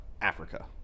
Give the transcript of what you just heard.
Africa